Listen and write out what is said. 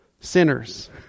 Sinners